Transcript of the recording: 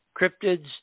cryptids